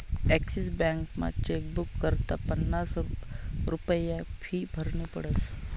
Axis बॅकमा chequebook करता पन्नास रुप्या फी भरनी पडस